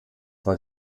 war